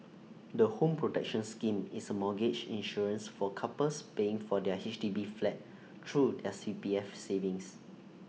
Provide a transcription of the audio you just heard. the home protection scheme is A mortgage insurance for couples paying for their H D B flat through their C P F savings